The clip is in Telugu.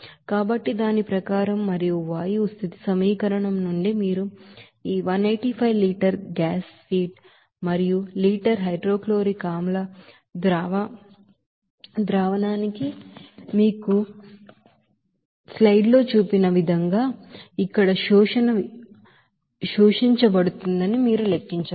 కాబట్టి దాని ప్రకారం మరియు equation of state of gas నుండి మీరు ఈ 185 లీటర్ల గ్యాస్ ఫీడ్ ప్రతి లీటర్ హైడ్రోక్లోరిక్ ఆమ్ల ద్రావణానికి మీకు తెలుసా స్లైడ్ లో చూపించిన విధంగా ఇక్కడ అబ్సర్బెర్ లో అబ్సర్డ్ అయింది అనిమీరు లెక్కించవచ్చు